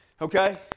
okay